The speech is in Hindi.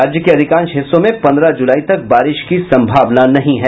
राज्य के अधिकांश हिस्सों में पन्द्रह जुलाई तक बारिश की संभावना नहीं है